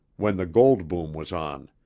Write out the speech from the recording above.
when the gold boom was on.